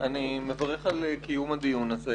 אני מברך על קיום הדיון הזה.